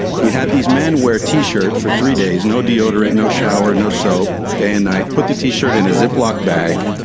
he had these men wear a t-shirt for three days, no deodorant, no shower, no soap, day and night, put the t-shirt in a ziploc bag,